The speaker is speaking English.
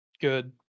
good